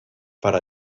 para